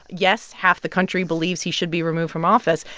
yes, half the country believes he should be removed from office.